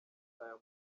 amase